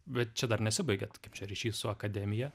bet čia dar nesibaigia kaip čia ryšys su akademija